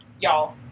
Y'all